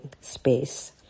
space